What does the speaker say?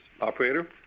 Operator